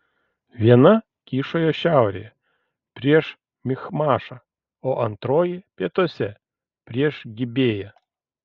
viena kyšojo šiaurėje prieš michmašą o antroji pietuose prieš gibėją